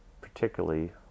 particularly